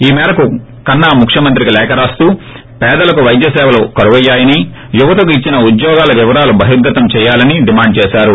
ఈ మేరకు కన్నా మొఖ్యమంత్రికి లేఖ రాస్తూ పేదలకు వైద్య ిసేవలు కరువయ్యాయని యువతకు ఉద్యోగాలు ఇచ్చిన వివరాలు బహిర్షతం చేయాలని డిమాండ్ ేచేశారు